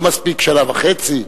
לא מספיק שנה